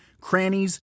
crannies